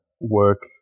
work